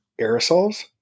aerosols